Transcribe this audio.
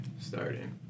starting